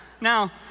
Now